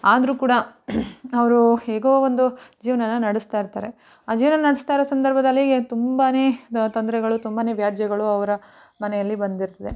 ಆದರೂ ಕೂಡ ಅವರು ಹೇಗೋ ಒಂದು ಜೀವನಾನ ನಡೆಸ್ತಾ ಇರ್ತಾರೆ ಆ ಜೀವನ ನಡೆಸ್ತಾ ಇರೋ ಸಂದರ್ಭದಲ್ಲಿ ಇವಾಗ ತುಂಬ ತೊಂದರೆಗಳು ತುಂಬ ವ್ಯಾಜ್ಯಗಳು ಅವರ ಮನೆಯಲ್ಲಿ ಬಂದಿರ್ತದೆ